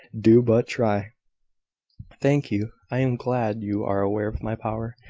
do but try thank you. i am glad you are aware of my power.